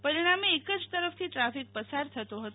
પરિણામે એક જ તરફથી ટ્રાફિક પસાર થતો હતો